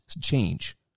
change